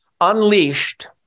unleashed